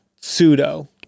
pseudo